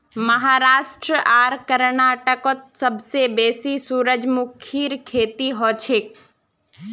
महाराष्ट्र आर कर्नाटकत सबसे बेसी सूरजमुखीर खेती हछेक